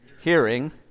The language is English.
hearing